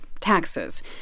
taxes